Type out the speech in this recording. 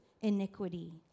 iniquity